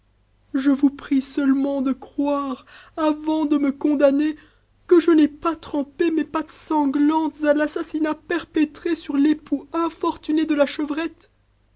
je vous prie seulement de croire avant de me condamner que je n'ai pas trempé mes pattes se à l'assassinat perpétré sur l'époux infortuné de la chevrette